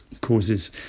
causes